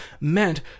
meant